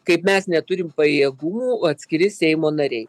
kaip mes neturim pajėgų atskiri seimo nariai